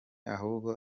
ahubwo